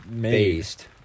based